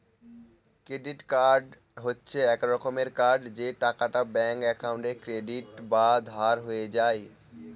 credit card হচ্ছে এক রকমের কার্ড যে টাকাটা ব্যাঙ্ক একাউন্টে ক্রেডিট বা ধার হয়ে যায়